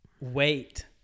wait